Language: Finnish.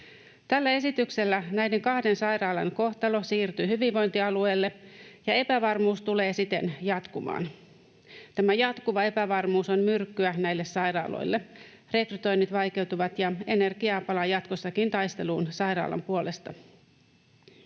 Tällä esityksellä näiden kahden sairaalan kohtalo siirtyy hyvinvointialueille ja epävarmuus tulee siten jatkumaan. Tämä jatkuva epävarmuus on myrkkyä näille sairaaloille: rekrytoinnit vaikeutuvat ja energiaa palaa jatkossakin taisteluun sairaalan puolesta.